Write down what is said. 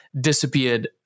disappeared